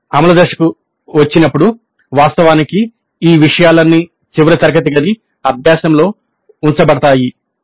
మేము అమలు దశకు వచ్చినప్పుడు వాస్తవానికి ఈ విషయాలన్నీ చివరి తరగతి గది అభ్యాసంలో ఉంచబడతాయి